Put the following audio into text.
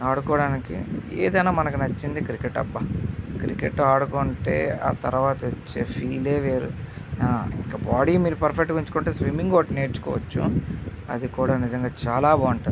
ఆడుకోవడానికి ఏది అయినా మనకు నచ్చింది క్రికెట్ అబ్బా క్రికెట్ ఆడుకుంటే ఆ తర్వాత వచ్చే ఫీల్ యే వేరు ఇక బాడీ మీరు పర్ఫెక్ట్గా ఉంచుకుంటే స్విమ్మింగ్ ఒకటి నేర్చుకోవచ్చు అది కూడా నిజంగా చాలా బాగుంటుంది